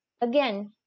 Again